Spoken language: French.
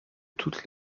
toutes